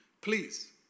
please